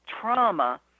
trauma